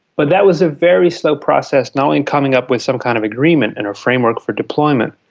but that was a very slow process. not only coming up with some kind of agreement and a framework for deployment,